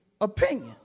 opinion